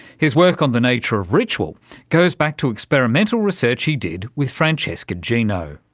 his work on the nature of ritual goes back to experimental research he did with francesca gino.